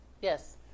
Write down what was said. yes